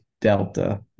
Delta